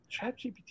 ChatGPT